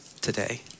today